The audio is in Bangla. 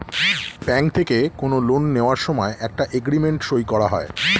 ব্যাঙ্ক থেকে কোনো লোন নেওয়ার সময় একটা এগ্রিমেন্ট সই করা হয়